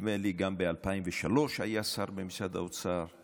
נדמה לי גם ב-2003 היה שר במשרד האוצר,